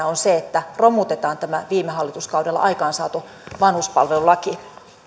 on se että romutetaan tämä viime hallituskaudella aikaansaatu vanhuspalvelulaki